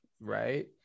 Right